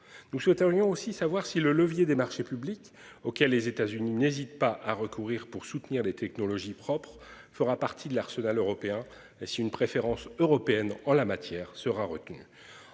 nous souhaiterions aussi savoir si le levier des marchés publics auxquels les États-Unis n'hésite pas à recourir pour soutenir les technologies propres fera partie de l'arsenal européen et si une préférence européenne en la matière sera requis.